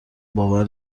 باور